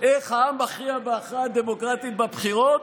איך העם מכריע בהכרעה דמוקרטית בבחירות,